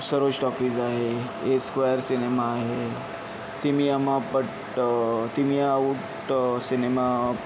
Sarosh talkies आहे Esquare cinema आहे थिमीआमापट थिमिआउट सिनेमा